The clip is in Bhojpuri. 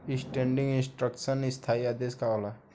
स्टेंडिंग इंस्ट्रक्शन स्थाई आदेश का होला?